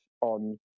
on